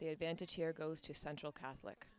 the advantage here goes to central catholic